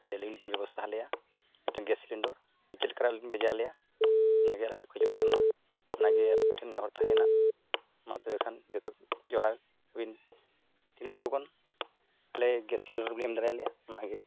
ᱟᱞᱮ ᱞᱟᱹᱜᱤᱫ ᱵᱤᱱ ᱵᱮᱵᱚᱥᱛᱷᱟ ᱟᱞᱮᱭᱟ ᱢᱤᱫᱴᱮᱱ ᱜᱮᱥ ᱥᱤᱞᱤᱱᱰᱟᱨ ᱪᱮᱫ ᱞᱮᱠᱟ ᱨᱮ ᱟᱹᱵᱤᱱ ᱵᱤᱱ ᱵᱷᱡᱮᱡᱟ ᱟᱞᱮᱭᱟ ᱚᱱᱟᱜᱮ ᱟᱞᱮ ᱞᱮ ᱠᱷᱚᱡᱚᱜ ᱠᱟᱱᱟ ᱚᱱᱟᱜᱮ ᱟᱯᱮ ᱴᱷᱮᱱ ᱱᱮᱦᱚᱨ ᱛᱟᱦᱮᱭᱮᱱᱟ ᱢᱟ ᱛᱚᱵᱮ ᱠᱷᱟᱱ ᱡᱚᱛᱚ ᱡᱚᱦᱟᱨ ᱟᱵᱤᱱ ᱛᱤᱱᱟᱹᱜ ᱞᱚᱜᱚᱱ ᱟᱞᱮ ᱜᱮᱥ ᱥᱤᱞᱤᱱᱰᱟᱨ ᱵᱤᱱ ᱮᱢ ᱫᱟᱲᱮᱭᱟᱞᱮᱭᱟ ᱚᱱᱟᱜᱮ